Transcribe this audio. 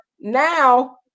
now